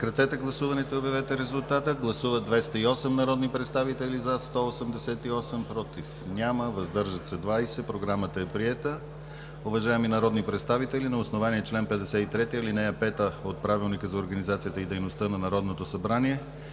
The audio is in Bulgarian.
Моля, гласувайте. Гласували 208 народни представители: за 188, против няма, въздържали се 20. Програмата е приета. Уважаеми народни представители, на основание чл. 53, ал. 5 от Правилника за организацията и дейността на Народното събрание